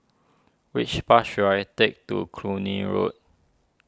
which bus should I take to Cluny Road